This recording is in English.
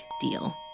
deal